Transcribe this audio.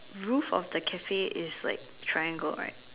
roof of the Cafe is like triangle right